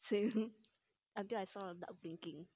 same until I saw a duck blinking